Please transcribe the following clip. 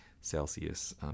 Celsius